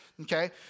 okay